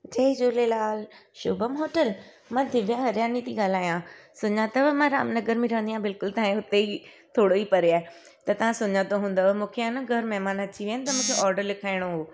जय Jhulelal Shubham hotel मां दिव्या हरियानी थी ॻाल्हायां सुञातव मां रामनगर में रहंदी आहियां बिल्कुलु तव्हांजे हुते ई थोरो ई परे आहे त तव्हां सुञातो हूंदव मूंखे आहे न घरु महिमान अची विया आहिनि त मूंखे ऑडर लिखाइणो हुओ